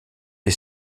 les